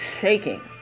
shaking